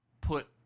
put